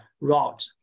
route